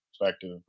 perspective